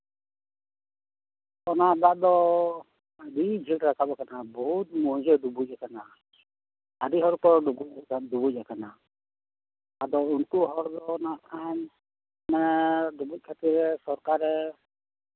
ᱚᱱᱟ ᱫᱟᱜ ᱫᱚ ᱟᱹᱰᱤ ᱡᱷᱟᱹᱞ ᱨᱟᱠᱟᱵᱽ ᱠᱟᱱᱟ ᱵᱩᱦᱩᱫ ᱢᱳᱣᱡᱟ ᱰᱩᱵᱩᱡ ᱠᱟᱱᱟ ᱟᱹᱰᱤ ᱦᱚᱲ ᱠᱚ ᱰᱩᱵᱩᱡ ᱟᱠᱟᱱᱟ ᱟᱫᱚ ᱩᱱᱠᱩ ᱦᱚᱲ ᱫᱚ ᱱᱟᱠᱷᱟᱱ ᱢᱟᱱᱮ ᱰᱩᱵᱩᱡ ᱠᱷᱟᱹᱛᱤᱨ ᱥᱚᱨᱠᱟᱨᱮ